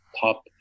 top